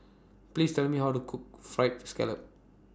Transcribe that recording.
Please Tell Me How to Cook Fried Scallop